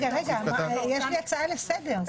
רגע, יש לי הצעה לסדר.